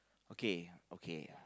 okay okay